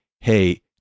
hey